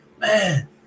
Man